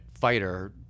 fighter